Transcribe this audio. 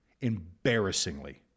embarrassingly